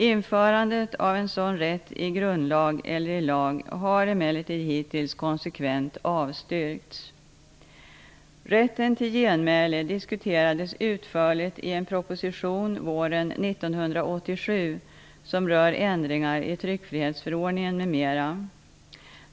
Införandet av en sådan rätt i grundlag eller i lag har emellertid hittills konsekvent avstyrkts. Rätten till genmäle diskuterades utförligt i en proposition våren 1987 som rör ändringar i tryckfrihetsförordningen m.m.